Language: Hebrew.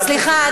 סליחה,